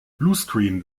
bluescreen